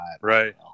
Right